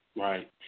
Right